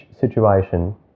situation